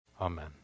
Amen